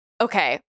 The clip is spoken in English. okay